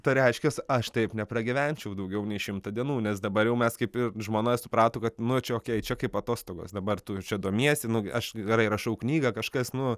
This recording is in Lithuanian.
pareiškęs aš taip nepragyvenčiau daugiau nei šimtą dienų nes dabar jau mes kaip ir žmona suprato kad nu čia okei čia kaip atostogos dabar tu čia domiesi nu aš gerai rašau knygą kažkas nu